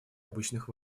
обычных